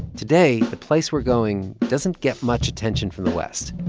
today, the place we're going doesn't get much attention from the west.